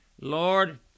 Lord